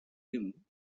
him